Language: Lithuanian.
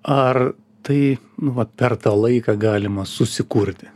ar tai vat per tą laiką galima susikurti